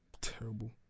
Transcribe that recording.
Terrible